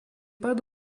pat